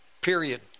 period